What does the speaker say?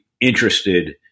interested